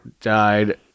died